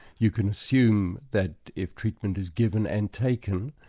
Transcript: you can assume that if treatment is given and taken,